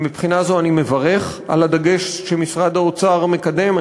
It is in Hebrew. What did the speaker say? מבחינה זו אני מברך על הדגש שמשרד האוצר מקדם,